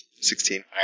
Sixteen